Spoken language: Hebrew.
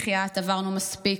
בחייאת, עברנו מספיק.